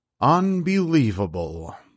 unbelievable